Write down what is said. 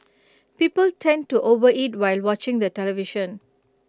people tend to overeat while watching the television